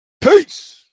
Peace